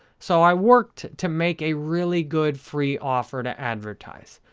so, i worked to make a really good free offer to advertise.